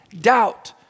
Doubt